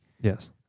yes